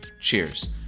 Cheers